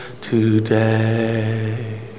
today